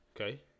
Okay